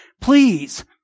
please